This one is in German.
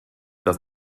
das